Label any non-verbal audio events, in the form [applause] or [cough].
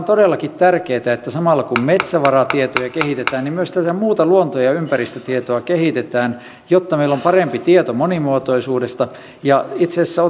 [unintelligible] todellakin tärkeätä että samalla kun metsävaratietoa kehitetään myös tätä muuta luontoa ja ja ympäristötietoa kehitetään jotta meillä on parempi tieto monimuotoisuudesta itse asiassa [unintelligible]